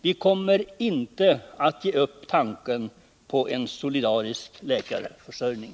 Vi kommer inte att ge upp tanken på en solidarisk läkarförsörjning.